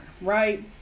right